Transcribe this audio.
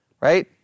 Right